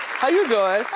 how you doin'?